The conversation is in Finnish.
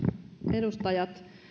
edustajat